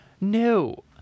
No